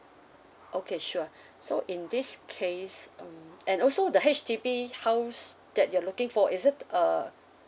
okay sure so in this case mm and also the H_D_B house that you are looking for is it a